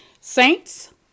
Saints